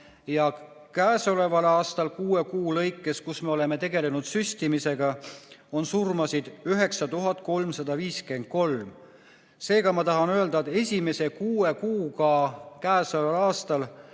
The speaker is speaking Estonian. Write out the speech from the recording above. ja käesoleval aastal kuue kuu jooksul, kui me oleme tegelenud süstimisega, on surmasid 9353. Seega, ma tahan öelda, et esimese kuue kuuga käesoleval aastal